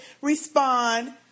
respond